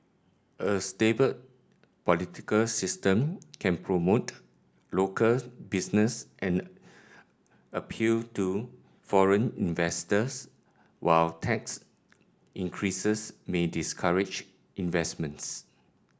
a stable political system can promote local businesses and appeal to foreign investors while tax increases may discourage investments